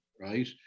right